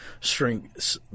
strength